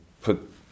put